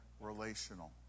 relational